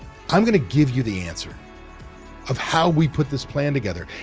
i'm going to give you the answer of how we put this plan together.